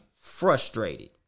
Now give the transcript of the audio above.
frustrated